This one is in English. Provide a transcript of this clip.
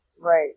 Right